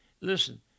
listen